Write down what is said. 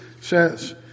says